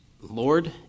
Lord